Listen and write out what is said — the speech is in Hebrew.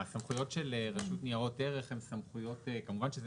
הסמכויות של רשות ניירות ערך הן סמכויות כמובן שזה